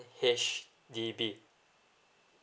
H_D_B